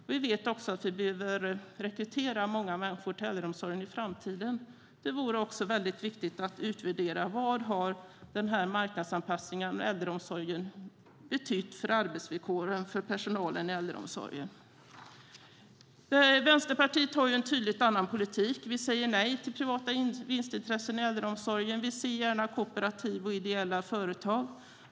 Vi vet också att vi behöver rekrytera många människor till äldreomsorgen i framtiden. Det vore också väldigt viktigt att utvärdera vad marknadsanpassningen av äldreomsorgen har betytt för arbetsvillkoren för personalen i äldreomsorgen. Vänsterpartiet har tydligt en annan politik. Vi säger nej till privata vinstintressen i äldreomsorgen. Vi ser gärna kooperativ och ideella företag.